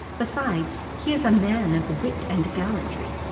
besides, he is a man of wit and gallantry,